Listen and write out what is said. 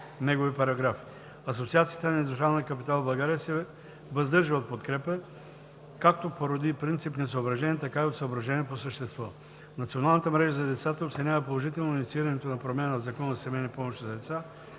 негови параграфи. Асоциацията на индустриалния капитал в България се въздържа от подкрепа както поради принципни съображения, така и от съображения по същество. Национална мрежа за децата оценява положително инициирането на промяна в Закона за семейни помощи за деца